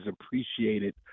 appreciated